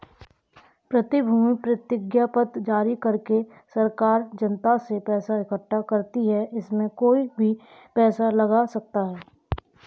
प्रतिभूति प्रतिज्ञापत्र जारी करके सरकार जनता से पैसा इकठ्ठा करती है, इसमें कोई भी पैसा लगा सकता है